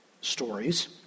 stories